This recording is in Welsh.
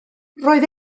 roedd